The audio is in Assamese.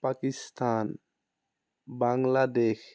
পাকিস্তান বাংলাদেশ